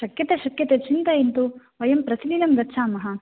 शक्यते शक्यते चिन्तयन्तु वयं प्रतिदिनं गच्छामः